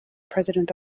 president